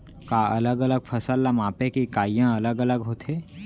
का अलग अलग फसल ला मापे के इकाइयां अलग अलग होथे?